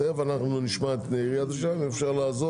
אנחנו תכף נשמע את עיריית ירושלים, ואם אפשר לעזור